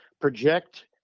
project